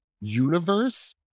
universe